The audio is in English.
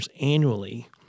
annually